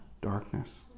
darkness